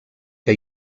que